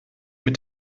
mit